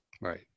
Right